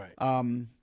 Right